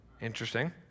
Interesting